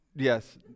Yes